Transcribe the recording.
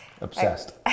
obsessed